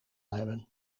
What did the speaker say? hebben